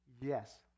yes